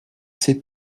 c’est